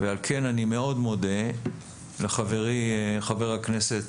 ועל כן אני מאוד מודה לחברי חבר הכנסת